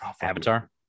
avatar